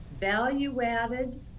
value-added